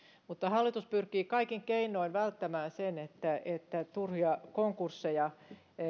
mutta hallitus pyrkii kaikin keinoin välttämään sen että että turhia konkursseja